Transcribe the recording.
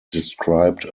described